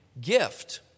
gift